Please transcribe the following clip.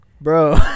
Bro